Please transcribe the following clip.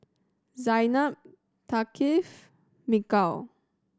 Zaynab Thaqif Mikhail